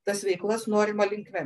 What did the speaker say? tas veiklas norima linkme